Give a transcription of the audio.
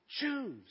Choose